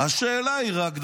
השאלה היא רק,